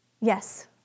Yes